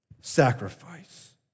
sacrifice